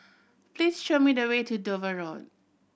please show me the way to Dover Road